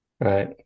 Right